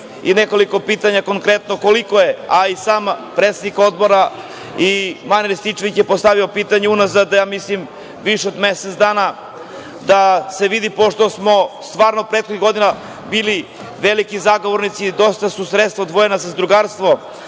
i nekoliko pitanja, a i sam predsednik Odbora Marijan Rističević je postavio pitanje unazad, mislim, više od mesec dana da se vidi, pošto smo stvarno prethodnih godina bili veliki zagovornici, dosta je sredstava odvojeno za zadrugarstvo,